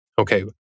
Okay